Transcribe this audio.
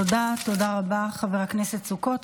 תודה, תודה רבה, חבר הכנסת סוכות.